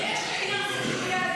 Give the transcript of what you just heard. יש עניין סקטוריאלי.